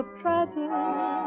tragic